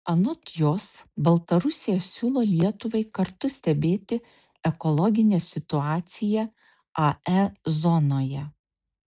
anot jos baltarusija siūlo lietuvai kartu stebėti ekologinę situaciją ae zonoje